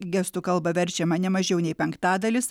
gestų kalbą verčiama ne mažiau nei penktadalis